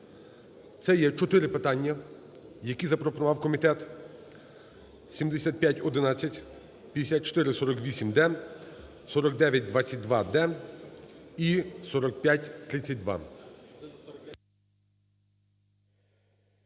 Це є чотири питання, які запропонував комітет: 7511, 5448-д, 4922-д і 4532.